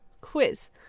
quiz